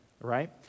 Right